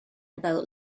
about